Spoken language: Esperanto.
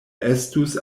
estus